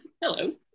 hello